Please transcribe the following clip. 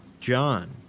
John